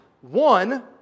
One